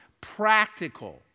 Practical